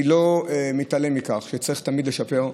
אני לא מתעלם מכך שצריך תמיד לשפר.